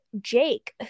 Jake